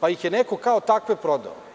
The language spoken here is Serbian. pa ih je neko kao takve prodao.